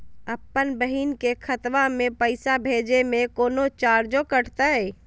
अपन बहिन के खतवा में पैसा भेजे में कौनो चार्जो कटतई?